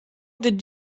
did